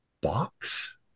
box